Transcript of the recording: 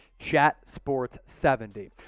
chatsports70